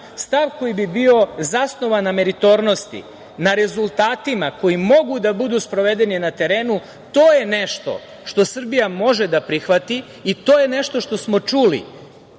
stav koji bi bio zasnovan na meritornosti, na rezultatima koji mogu da budu sprovedeni na terenu, to je nešto što Srbija može da prihvati i to je nešto što smo čuli